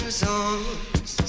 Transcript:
songs